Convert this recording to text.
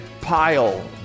pile